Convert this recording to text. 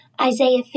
Isaiah